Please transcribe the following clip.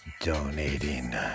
donating